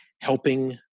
helping